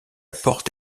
porte